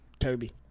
Kirby